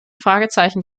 fragezeichen